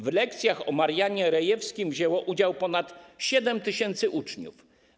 W lekcjach o Marianie Rejewskim wzięło udział ponad 7 tys. uczniów.